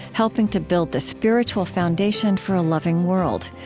helping to build the spiritual foundation for a loving world.